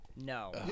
No